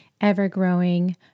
ever-growing